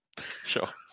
sure